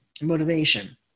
motivation